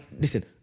listen